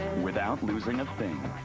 without losing a thing.